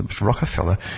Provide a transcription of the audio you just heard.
Rockefeller